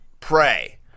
pray